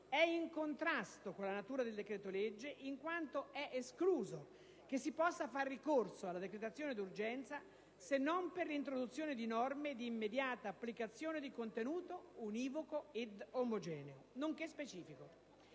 è in contrasto con la natura del decreto-legge in quanto è escluso che si possa far ricorso alla decretazione d'urgenza se non per l'introduzione di norme di immediata applicazione di contenuto univoco ed omogeneo, nonché specifico.